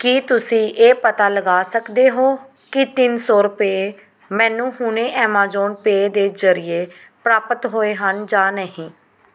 ਕੀ ਤੁਸੀਂਂ ਇਹ ਪਤਾ ਲਗਾ ਸਕਦੇ ਹੋ ਕਿ ਤਿੰਨ ਸੌ ਰੁਪਏ ਮੈਨੂੰ ਹੁਣੇ ਐਮਾਜ਼ਾਨ ਪੇ ਦੇ ਜ਼ਰੀਏ ਪ੍ਰਾਪਤ ਹੋਏ ਹਨ ਜਾਂ ਨਹੀਂ